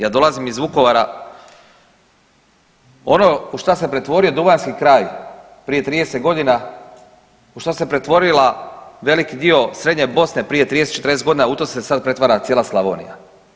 Ja dolazim iz Vukovara, ono u šta se pretvorio duvanjski kraj prije 30.g., u što se pretvorila veliki dio srednje Bosne prije 30-40.g. u to se sad pretvara cijela Slavonija.